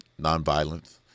nonviolence